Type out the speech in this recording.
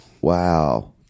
Wow